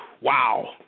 Wow